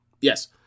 Yes